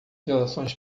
relações